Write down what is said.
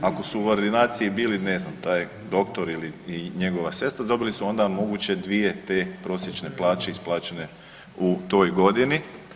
Ako su u ordinaciji bili ne znam taj doktor i njegova sestra dobili su onda moguće dvije te prosječne plaće isplaćene u toj godini.